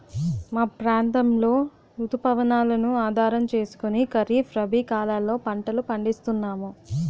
మా ప్రాంతంలో రుతు పవనాలను ఆధారం చేసుకుని ఖరీఫ్, రబీ కాలాల్లో పంటలు పండిస్తున్నాము